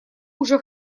уже